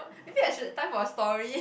maybe I should tie for a story